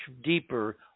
deeper